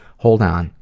hold on.